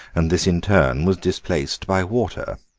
and this in turn was displaced by water.